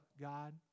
God